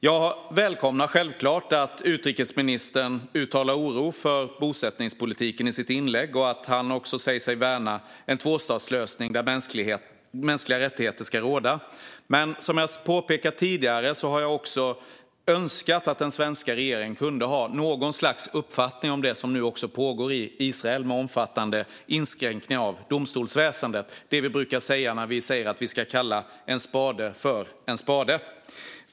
Jag välkomnar självklart att utrikesministern uttalar oro för bosättningspolitiken i sitt anförande och att han också säger sig värna en tvåstatslösning där mänskliga rättigheter ska råda. Men som jag har påpekat tidigare har jag också önskat att den svenska regeringen kunde ha något slags uppfattning om det som nu pågår i Israel med omfattande inskränkningar av domstolsväsendet - vi brukar säga att vi ska kalla en spade för en spade.